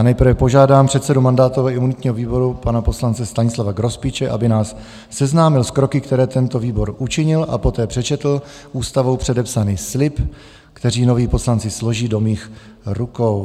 Nejprve požádám předsedu mandátového a imunitního výboru pana poslance Stanislava Grospiče, aby nás seznámil s kroky, které tento výbor učinil, a poté přečetl Ústavou předepsaný slib, který noví poslanci složí do mých rukou.